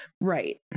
Right